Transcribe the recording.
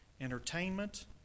entertainment